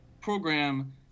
program